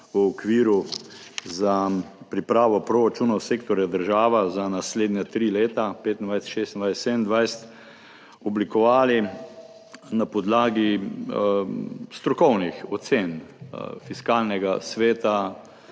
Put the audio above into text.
o okviru za pripravo proračunov sektorja država za naslednja tri leta 2025, 2026, 2027, oblikovali na podlagi strokovnih ocen Fiskalnega sveta,